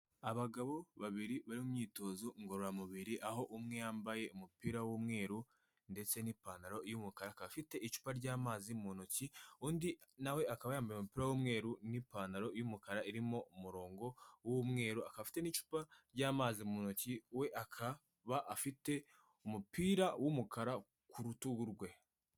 Abagabo babiri bari mu myitozo ngororamubiri, aho umwe yambaye umupira w'umweru ndetse n'ipantaro y'umukara, akaba afite icupa ry'amazi mu ntoki, undi nawe akaba yambaye umupira w'umweru n'ipantaro y'umukara irimo umurongo w'umweru, akaba afite n'icupa ry'amazi mu ntoki, we akaba afite umupira w'umukara ku rutugu rwe.